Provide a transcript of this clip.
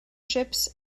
ships